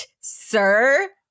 sir